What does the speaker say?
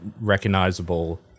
recognizable